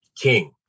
king